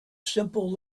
simple